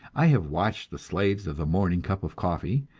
i have watched the slaves of the morning cup of coffee,